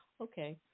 Okay